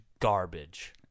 Garbage